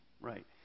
Right